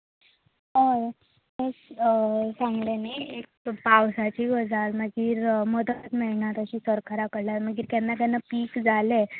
हय हांवें सांगलें न्ही एक पावसाची गजाल मागीर मदत मेळना ताची सरकारा कडल्यान मागीर केन्ना केन्ना पीक जालें